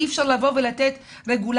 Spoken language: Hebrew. אי אפשר לבוא ולתת רגולציה,